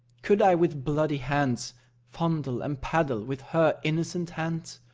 could i with bloody hands fondle and paddle with her innocent hands?